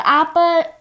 apple